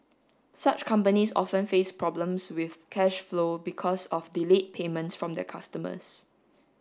such companies often face problems with cash flow because of delayed payments from their customers